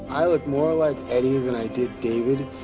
i look more like eddie than i did david,